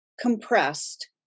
compressed